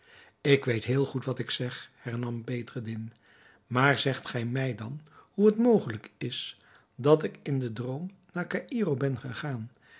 ik weet heel goed wat ik zeg hernam bedreddin maar zegt gij mij dan hoe het mogelijk is dat ik in den droom naar caïro ben gegaan